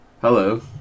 Hello